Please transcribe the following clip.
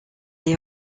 est